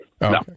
no